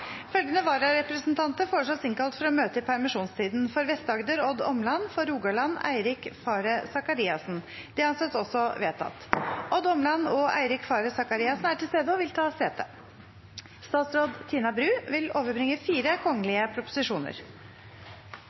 Følgende vararepresentanter innkalles for å møte i permisjonstiden: For Vest-Agder: Odd Omland For Rogaland: Eirik Faret Sakariassen Odd Omland og Eirik Faret Sakariassen er til stede og vil ta sete. Representanten Jon Engen-Helgheim vil